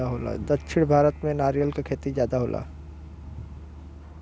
दक्षिण भारत में नरियर क खेती जादा होला